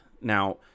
now